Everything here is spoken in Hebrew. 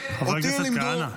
--- חבר הכנסת כהנא.